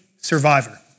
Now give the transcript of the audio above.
survivor